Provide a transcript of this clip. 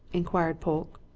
inquired polke.